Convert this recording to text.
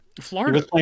Florida